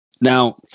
Now